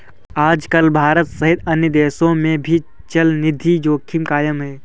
आजकल भारत सहित अन्य देशों में भी चलनिधि जोखिम कायम है